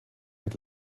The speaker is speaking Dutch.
het